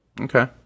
Okay